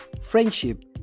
Friendship